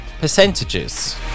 percentages